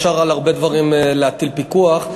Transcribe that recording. אפשר על הרבה דברים להטיל פיקוח.